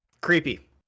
Creepy